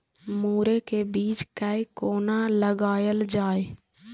मुरे के बीज कै कोना लगायल जाय?